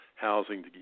housing